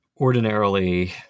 ordinarily